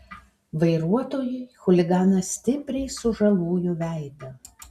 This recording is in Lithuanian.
vairuotojui chuliganas stipriai sužalojo veidą